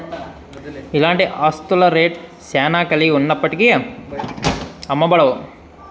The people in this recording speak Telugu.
ఇలాంటి ఆస్తుల రేట్ శ్యానా కలిగి ఉన్నప్పటికీ అమ్మబడవు